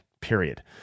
period